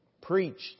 preached